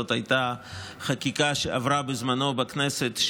זאת הייתה חקיקה שעברה בזמנו בכנסת,